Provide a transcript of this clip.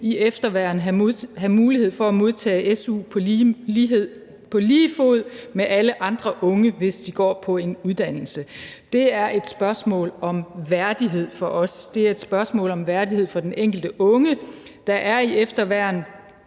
i efterværn have mulighed for at modtage su på lige fod med alle andre unge, hvis de går på en uddannelse. Det er et spørgsmål om værdighed for os, og det er et spørgsmål om værdighed for den enkelte unge, der er i efterværn,